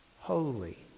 Holy